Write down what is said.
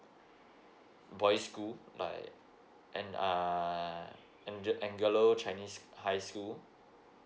boys' school like an~ uh inj~ anglo chinese high school